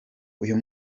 uyu